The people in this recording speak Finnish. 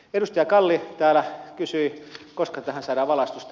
edustaja kalli täällä kysyi koska tähän saadaan valaistusta